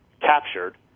captured